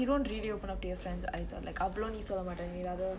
but you don't really open up to your friends either like